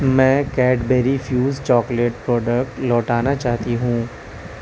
میں Cadbury Fuse chocolate product لوٹانا چاہتی ہوں